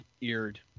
eared